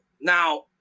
Now